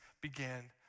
began